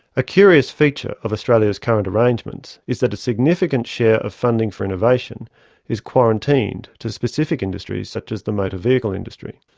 a curious feature of australia's current arrangements is that a significant share of funding for innovation is quarantined to specific industries such as the motor vehicle industry.